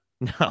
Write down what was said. no